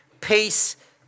Peace